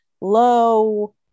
low